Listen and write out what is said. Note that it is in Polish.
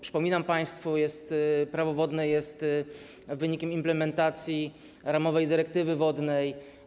Przypominam państwu, że Prawo wodne jest wynikiem implementacji ramowej dyrektywy wodnej.